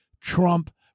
Trump